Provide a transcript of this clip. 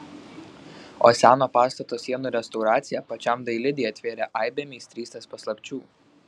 o seno pastato sienų restauracija pačiam dailidei atvėrė aibę meistrystės paslapčių